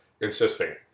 insisting